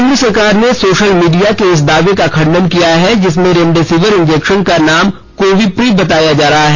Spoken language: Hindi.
केन्द्र सरकार ने सोशल मीडिया के इस दाये का खंडन किया है जिसमें रेमडेसिविर इंजेक्शन का नाम कोविप्री बताया जा रहा है